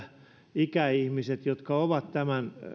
ikäihmiset jotka ovat tämän